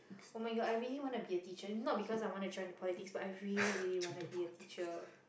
oh-my-god I really want to be a teacher not because I want to join the politics but I really really wanna be a teacher